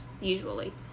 usually